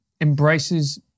embraces